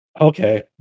Okay